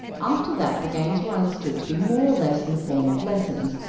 after that the games were understood to be more or less in the form of lessons,